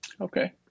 Okay